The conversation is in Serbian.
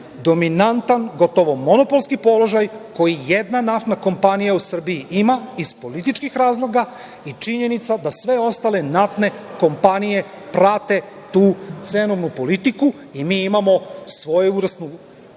dominantan, gotovo monopolski položaj koji jedna naftna kompanija u Srbiji ima iz političkih razloga i činjenica da sve ostale naftne kompanije prate tu cenovnu politiku i mi imamo svojevrsno